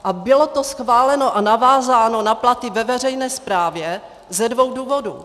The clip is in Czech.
A bylo to schváleno a navázáno na platy ve veřejné správě ze dvou důvodů.